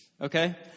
Okay